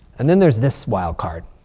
and then there's this wild card,